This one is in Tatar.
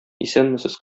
исәнмесез